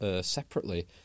separately